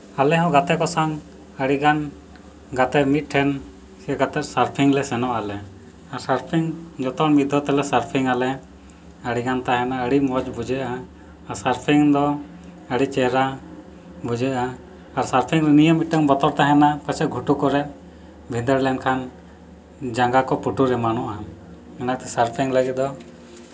ᱟᱞᱮ ᱦᱚᱸ ᱜᱟᱛᱮ ᱠᱚ ᱥᱟᱶ ᱟᱹᱰᱤ ᱜᱟᱱ ᱜᱟᱛᱮ ᱢᱤᱫ ᱴᱷᱮᱱ ᱥᱮ ᱜᱟᱛᱮ ᱥᱟᱨᱯᱷᱤᱝ ᱞᱮ ᱥᱮᱱᱚᱜᱼᱟ ᱟᱞᱮ ᱟᱨ ᱥᱟᱨᱯᱷᱤᱝ ᱡᱚᱛᱚ ᱢᱤᱫ ᱫᱷᱟᱣ ᱛᱮᱞᱮ ᱥᱟᱨᱯᱷᱤᱝ ᱟᱞᱮ ᱟᱹᱰᱤ ᱜᱟᱱ ᱛᱟᱦᱮᱱᱟ ᱟᱹᱰᱤ ᱢᱚᱡᱽ ᱵᱩᱡᱷᱟᱹᱜᱼᱟ ᱟᱨ ᱥᱟᱨᱯᱷᱤᱝ ᱫᱚ ᱟᱹᱰᱤ ᱪᱮᱦᱨᱟ ᱵᱩᱡᱷᱟᱹᱜᱼᱟ ᱟᱨ ᱥᱟᱨᱯᱷᱤᱝ ᱨᱮ ᱱᱤᱭᱟᱹ ᱢᱤᱫᱴᱮᱱ ᱵᱚᱛᱚᱨ ᱛᱟᱦᱮᱱᱟ ᱯᱟᱪᱮᱫ ᱜᱷᱩᱴᱩ ᱠᱚᱨᱮᱜ ᱵᱷᱤᱫᱟᱹᱲ ᱞᱮᱱ ᱠᱷᱟᱱ ᱡᱟᱜᱟ ᱠᱚ ᱯᱩᱴᱩᱨ ᱮᱢᱟᱱᱚᱜᱼᱟ ᱚᱱᱟᱛᱮ ᱥᱟᱨᱯᱷᱤᱝ ᱞᱟᱹᱜᱤᱫ ᱫᱚ